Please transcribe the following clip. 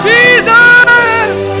Jesus